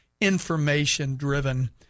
information-driven